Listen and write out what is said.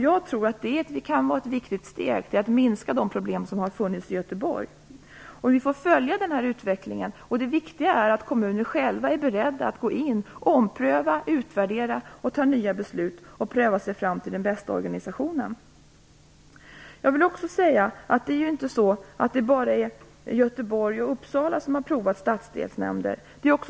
Jag tror att det kan vara ett viktigt steg till att minska de problem som har funnits i just Göteborg. Vi får följa den här utvecklingen. Det viktiga är att kommunerna själva är beredda att ompröva och utvärdera, fatta nya beslut och pröva sig fram till den bästa organisationen. Det är inte bara Göteborg och Uppsala som har provat stadsdelsnämnder.